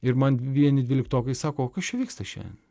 ir man vieni dvyliktokai sako o kas čia vyksta šiandien